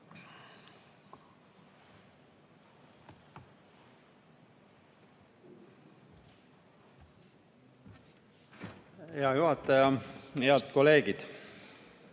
Hea juhataja! Head kolleegid!